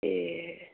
ऐ